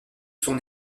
son